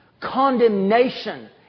Condemnation